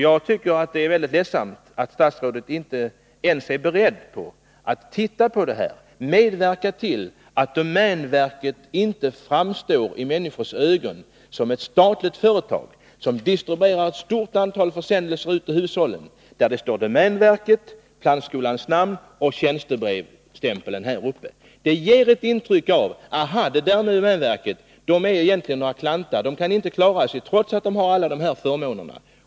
Jag tycker det är ledsamt att statsrådet inte ens är beredd att se över det här och medverka till att domänverket i sin distribution av försändelser till hushållen inte använder kuvert med domänverkets namn och med tjänstebrevsstämpeln. Allmänheten får lätt ett ofördelaktigt intryck. Man tänker: På domänverket är man så ”klantig” att man inte kan klara sig trots alla dessa förmåner.